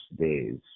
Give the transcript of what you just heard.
days